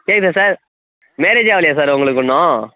கேட்குதா சார் மேரேஜே ஆகலையா சார் உங்களுக்கு உன்னும்